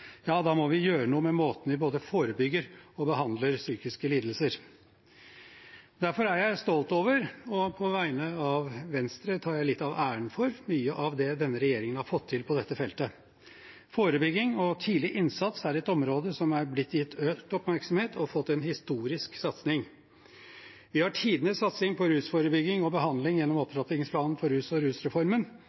da må vi gjøre noe med måten vi både forebygger og behandler psykiske lidelser på. Derfor er jeg stolt over – og på vegne av Venstre tar litt av æren for – mye av det denne regjeringen har fått til på dette feltet. Forebygging og tidlig innsats er et område som er blitt gitt økt oppmerksomhet og har fått en historisk satsing. Vi har tidenes satsing på rusforebygging og behandling gjennom opptrappingsplanen for rus og rusreformen.